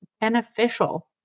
beneficial